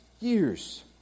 years